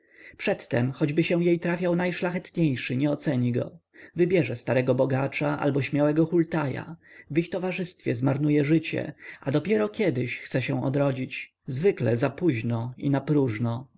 przedtem choćby się jej trafiał najszlachetniejszy nie oceni go wybierze starego bogacza albo śmiałego hultaja w ich towarzystwie zmarnuje życie a dopiero kiedyś chce się odrodzić zwykle zapóźno i napróżno